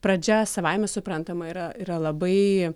pradžia savaime suprantama yra yra labai